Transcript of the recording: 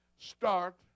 start